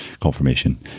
confirmation